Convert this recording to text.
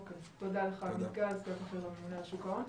תודה לך עמית גל, סגן בכיר לממונה על שוק ההון.